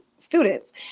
students